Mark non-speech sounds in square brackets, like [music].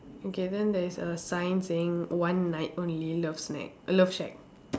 okay then there is a sign saying one night only love snack love shack [noise]